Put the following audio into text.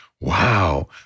wow